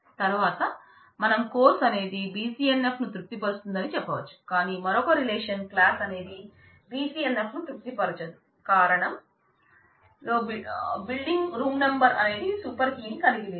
తర్వాత మనం కోర్స్ అనేది BCNF ను తృప్తి పరుస్తుందని చెప్పవచ్చు కాని మరొక రిలేషన్ → capacity లో బిల్డింగ్ రూమ్ నెంబర్ అనేది సూపర్ కీ ని కలిగి లేదు